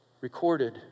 recorded